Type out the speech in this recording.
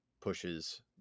pushes